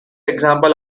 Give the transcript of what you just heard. example